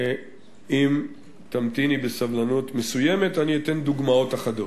אם תמתיני בסבלנות מסוימת אני אתן דוגמאות אחדות.